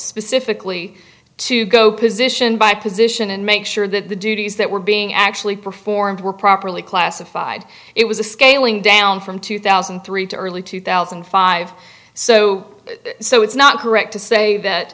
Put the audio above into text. specifically to go position by position and make sure that the duties that were being actually performed were properly classified it was a scaling down from two thousand and three to early two thousand and five so so it's not correct to say that